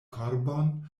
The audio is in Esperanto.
korbon